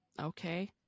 okay